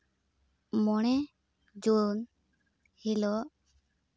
ᱢᱚᱬᱮ ᱡᱩᱱ ᱦᱤᱞᱳᱜ